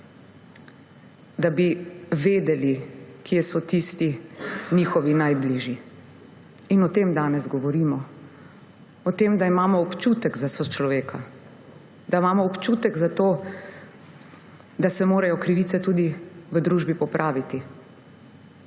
da bi vedeli, kje so tisti njihovi najbližji. O tem danes govorimo. O tem, da imamo občutek za sočloveka, da imamo občutek za to, da se morajo krivice tudi v družbi popraviti.